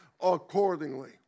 accordingly